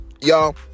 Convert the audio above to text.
y'all